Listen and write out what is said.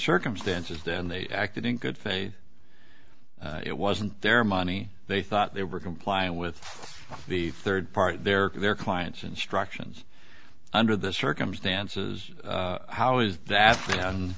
circumstances then they acted in good faith it wasn't their money they thought they were complying with the third part their their client's instructions under the circumstances how is that